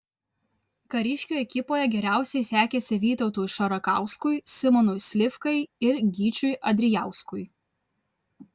kariškių ekipoje geriausiai sekėsi vytautui šarakauskui simonui slivkai ir gyčiui andrijauskui